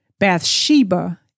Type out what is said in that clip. Bathsheba